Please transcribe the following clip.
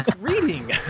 reading